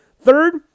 Third